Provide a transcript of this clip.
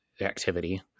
activity